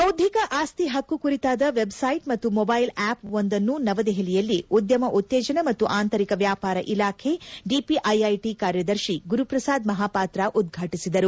ಬೌದ್ಧಿಕ ಆಸ್ತಿ ಪಕ್ಕು ಕುರಿತಾದ ವೆಬ್ಸೈಟ್ ಮತ್ತು ಮೊಬೈಲ್ ಆಪ್ವೊಂದನ್ನು ನವದೆಪಲಿಯಲ್ಲಿ ಉದ್ಯಮ ಉತ್ತೇಜನ ಮತ್ತು ಆಂತರಿಕ ವ್ಯಾಪಾರ ಇಲಾಖೆ ಡಿಪಿಐಐಟಿ ಕಾರ್ಯದರ್ಶಿ ಗುರುಪ್ರಸಾದ್ ಮಹಾಪಾತ್ರ ಉದ್ಘಾಟಿಸಿದರು